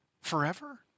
forever